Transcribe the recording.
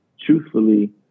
truthfully